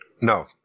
No